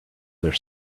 their